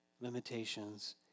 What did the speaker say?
limitations